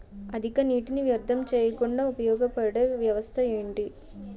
అధిక నీటినీ వ్యర్థం చేయకుండా ఉపయోగ పడే వ్యవస్థ ఏంటి